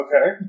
okay